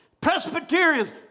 Presbyterians